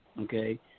Okay